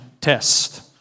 test